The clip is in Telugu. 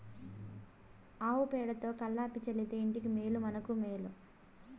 ఆవు పేడతో కళ్లాపి చల్లితే ఇంటికి మేలు మనకు మేలు